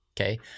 Okay